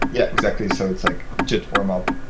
yeah, exactly. so it's like git warm up.